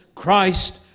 Christ